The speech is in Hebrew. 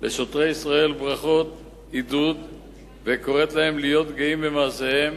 לשוטרי ישראל ברכות ועידוד וקוראת להם להיות גאים במעשיהם